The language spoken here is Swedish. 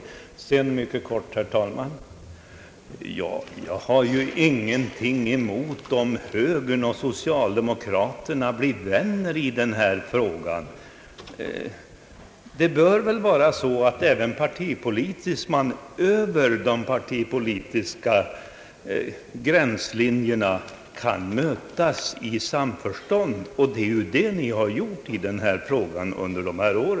Sedan vill jag, herr talman, mycket kortfattat säga, att jag inte har någonting emot att högern och socialdemokraterna blir vänner i denna fråga. Man kan väl mötas i samförstånd över de partipolitiska gränslinjerna, och det har högern och socialdemokraterna här gjort under dessa år.